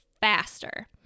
faster